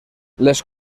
les